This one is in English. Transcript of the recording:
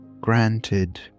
granted